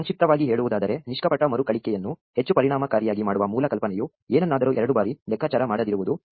ಸಂಕ್ಷಿಪ್ತವಾಗಿ ಹೇಳುವುದಾದರೆ ನಿಷ್ಕಪಟ ಮರುಕಳಿಕೆಯನ್ನು ಹೆಚ್ಚು ಪರಿಣಾಮಕಾರಿಯಾಗಿ ಮಾಡುವ ಮೂಲ ಕಲ್ಪನೆಯು ಏನನ್ನಾದರೂ ಎರಡು ಬಾರಿ ಲೆಕ್ಕಾಚಾರ ಮಾಡದಿರುವುದು